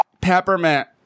peppermint